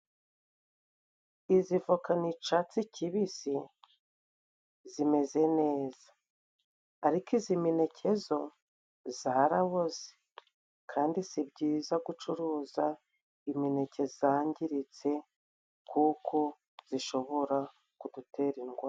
Izi voka ni icyatsi kibisi zimeze neza, ariko iyi mineke yo yaraboze, kandi si byiza gucuruza imineke yangiritse, kuko ishobora kudutera indwara.